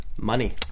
Money